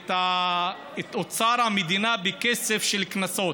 את אוצר המדינה בכסף של קנסות.